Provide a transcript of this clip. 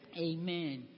amen